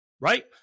right